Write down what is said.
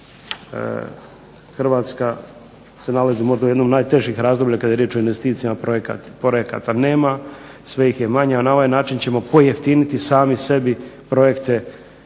Hrvatska se nalazi možda u jednom od najtežih razdoblja kad je riječ o investicijama projekata nema, sve ih je manje, a na ovaj način ćemo pojeftiniti sami sebi projekte